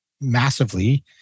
massively